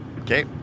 okay